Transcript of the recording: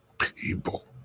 people